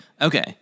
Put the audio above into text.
Okay